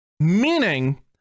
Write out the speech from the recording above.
Meaning